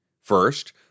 First